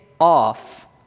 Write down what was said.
off